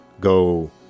go